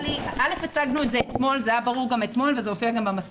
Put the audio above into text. אשפוז קורונה, כפי שציינו קודם, זה מוחרג